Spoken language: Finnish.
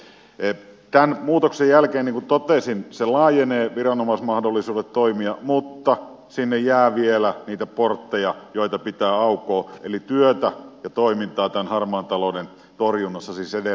tämän muutoksen jälkeen niin kuin totesin viranomaismahdollisuudet toimia laajenevat mutta sinne jää vielä niitä portteja joita pitää aukoa eli työtä ja toimintaa tämän harmaan talouden torjunnassa siis edelleen jää